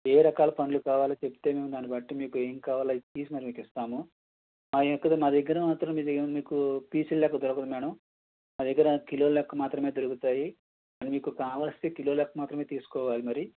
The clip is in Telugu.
ఏ రకాల పండ్లు కావాలో చెప్తే మేము దానిబట్టి ఏంకావాలో అవి తీసి మరీ మీకు ఇస్తాము ఆ లెక్కన మా నాదగ్గర మాత్రం మీ దగ్గర మీకు పీసులు లెక్కన మీకు దొరకదు మేడం నా దగ్గర కిలోలు లెక్క మాత్రమే దొరుకుతాయి మీకు కావలిస్తే కిలోలు లెక్క మాత్రమే తీసుకోవాలి మరి